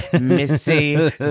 missy